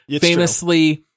famously